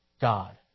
God